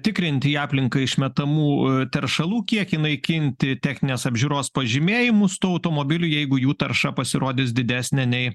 tikrinti į aplinką išmetamų teršalų kiekį naikinti techninės apžiūros pažymėjimus tų automobilių jeigu jų tarša pasirodys didesnė nei